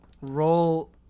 Roll